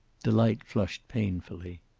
delight flushed painfully.